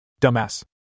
Dumbass